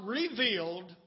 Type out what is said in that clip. revealed